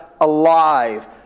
alive